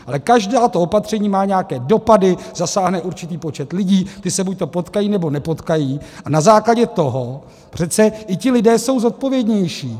Ale každé to opatření má nějaké dopady, zasáhne určitý počet lidí, ti se buďto potkají, nebo nepotkají, a na základě toho přece, vždyť ti lidé jsou zodpovědnější.